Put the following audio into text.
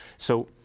so,